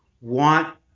want